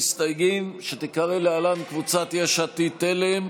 ראש הממשלה משאיר לעצמו נתיב מילוט.